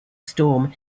storm